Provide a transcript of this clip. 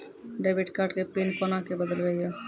Debit card के PIN कोना के बदलबै यो?